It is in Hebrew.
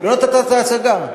לא נתת את ההצגה.